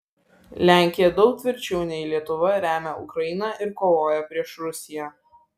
lenkija daug tvirčiau nei lietuva remia ukrainą ir kovoja prieš rusiją